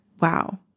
wow